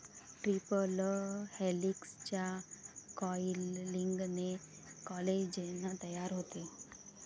triple हेलिक्सच्या कॉइलिंगने collagen तयार होते